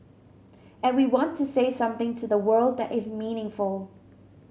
and we want to say something to the world that is meaningful